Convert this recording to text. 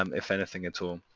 um if anything at all.